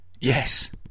yes